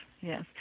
yes